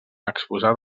exposat